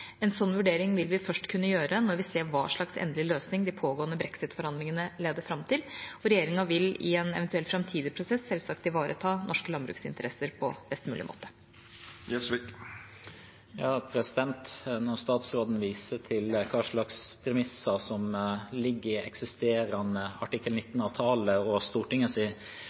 En sånn vurdering vil vi først kunne gjøre når vi ser hva slags endelig løsning de pågående brexit-forhandlingene leder fram til. Regjeringa vil i en eventuell framtidig prosess selvsagt ivareta norske landbruksinteresser på best mulig måte. Når statsråden viser til hva slags premisser som ligger i eksisterende artikkel 19-avtale og Stortingets